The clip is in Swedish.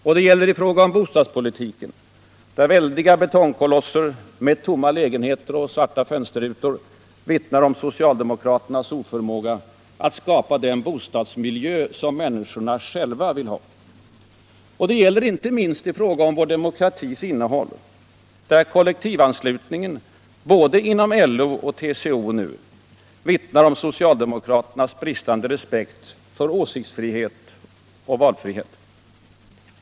Och det gäller i fråga om bostadspolitiken, där väldiga betongkolosser med tomma lägenheter och svarta fönsterrutor vittnar om socialdemokraternas oförmåga att skapa den bostadsmiljö som människorna själva vill ha. Och det gäller inte minst i fråga om vår demokratis innehåll, där kollektivanslutningen både inom LO och nu TCO vittnar om socialdemokraternas bristande respekt för åsiktsfrihet och valfrihet.